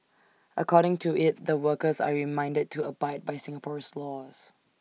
according to IT the workers are reminded to abide by Singapore's laws